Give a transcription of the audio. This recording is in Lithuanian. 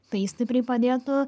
tai stipriai padėtų